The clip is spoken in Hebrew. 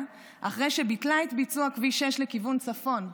אחרי שביטלה את ביצוע כביש 6 לכיוון צפון?